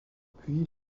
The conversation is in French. puis